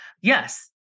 Yes